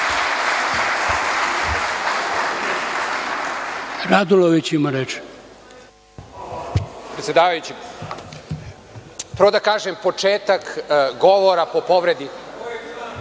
Radulović ima reč.